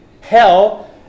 hell